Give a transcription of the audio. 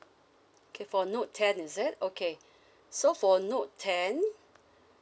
okay for note ten is it okay so for note ten